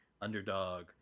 underdog